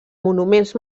monuments